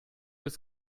ist